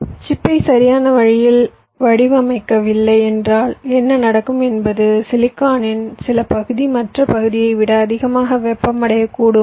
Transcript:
சிப்பை சரியான வழியில் வடிவமைக்கவில்லை என்றால் என்ன நடக்கும் என்பது சிலிக்கானின் சில பகுதி மற்ற பகுதியை விட அதிகமாக வெப்பமடையக்கூடும்